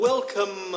Welcome